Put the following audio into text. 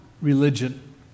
religion